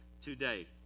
today